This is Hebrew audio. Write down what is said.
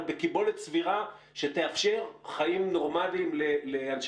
אבל בקיבולת סבירה שתאפשר חיים נורמליים לאנשי